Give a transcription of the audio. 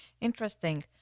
interesting